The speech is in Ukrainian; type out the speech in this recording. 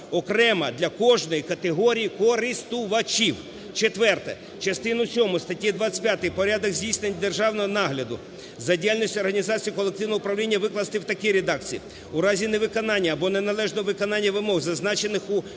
окремо для кожної категорії користувачів." Четверте. Частину сьому статті 25 "Порядок здійснення державного нагляду за діяльністю організації колективного управління" викласти в такій редакції: "У разі невиконання або неналежного виконання вимог, зазначених у